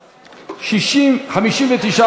ובתי-משפט,